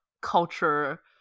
culture